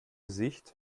sicht